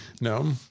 No